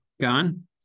Gone